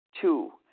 Two